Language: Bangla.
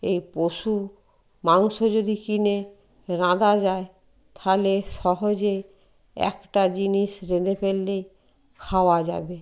এই পশু মাংস যদি কিনে রাঁধা যায় তাহলে সহজে একটা জিনিস রেঁধে ফেললে খাওয়া যাবে